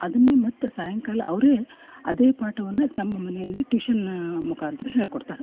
ಅದನ್ನೇ ಮತ್ತೆ ಸಾಯಂಕಾಲ ಅವರೇ ಅದೇ ಪಾಠವನ್ನು ತಮ್ಮ ಮನೆಯಲ್ಲಿ ಟ್ಯೂಷನ್ನ ಮುಖಾಂತರ ಹೇಳಿಕೊಡ್ತಾರೆ